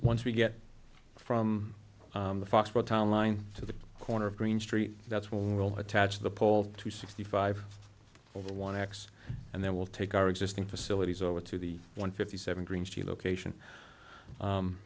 once we get from the foxboro town line to the corner of green street that's when we'll attach the poles to sixty five over one x and then we'll take our existing facilities over to the one fifty seven green she location